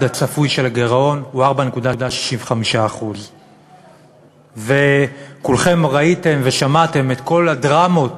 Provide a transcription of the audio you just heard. הגירעון הצפוי הוא 4.65%. כולכם ראיתם ושמעתם את כל הדרמות